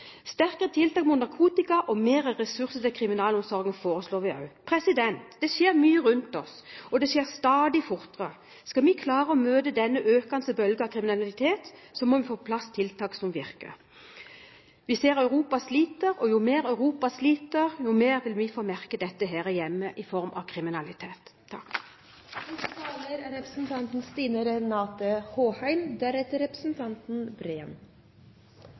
Sterkere tiltak mot narkotika og mer ressurser til kriminalomsorgen foreslår vi også. Det skjer mye rundt oss, og det skjer stadig fortere. Skal vi klare å møte denne økende bølgen av kriminalitet, må vi få på plass tiltak som virker. Vi ser at Europa sliter. Jo mer Europa sliter, jo mer vil vi få merke dette her hjemme i form av kriminalitet.